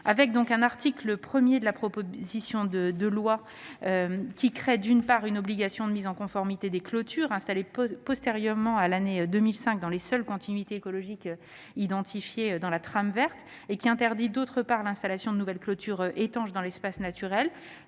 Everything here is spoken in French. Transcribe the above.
L'article 1 de la proposition de loi crée, d'une part, une obligation de mise en conformité des clôtures installées postérieurement à l'année 2005 dans les seules continuités écologiques identifiées dans la trame verte ; il interdit, d'autre part, l'installation de nouvelles clôtures étanches dans l'espace naturel.